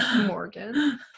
Morgan